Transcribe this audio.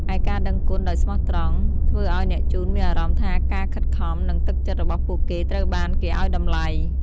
ឯការដឹងគុណដោយស្មោះត្រង់ ធ្វើឲ្យអ្នកជូនមានអារម្មណ៍ថាការខិតខំ និងទឹកចិត្តរបស់ពួកគេត្រូវបានគេឱ្យតម្លៃ។